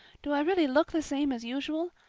do i really look the same as usual?